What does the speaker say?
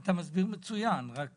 אתה מסביר מצוין, רק